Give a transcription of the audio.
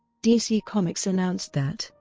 dc comics announced that,